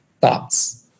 thoughts